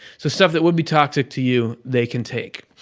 so stuff that would be toxic to you, they can take.